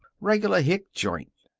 reg'lar hick joint.